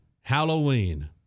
Halloween